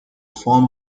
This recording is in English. form